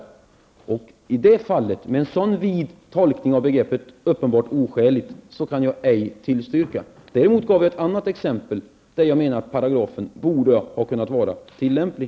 I det fallet, med en sådan vid tolkning av begreppet ''uppenbart oskälig'' kan jag ej tillstyrka förslaget. Däremot gav jag ett annat exempel där jag menar att paragrafen borde ha kunnat vara tillämplig.